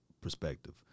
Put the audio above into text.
perspective